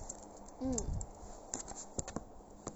mm